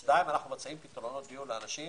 שתיים, אנחנו מציעים פתרונות דיור לאנשים